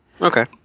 Okay